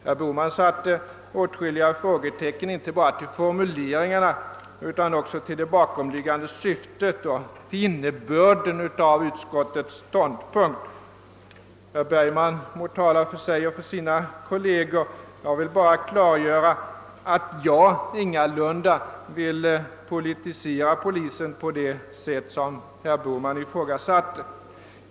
Herr Bohman satte åtskilliga frågetecken inte bara för formuleringarna, utan också för det bakomliggande syftet och innebörden i utskottets ståndpunkt. Herr Bergman må tala för sig och sina kolleger; jag vill bara klargöra att jag ingalunda önskar politisera polisen på det sätt som herr Bohman antyder.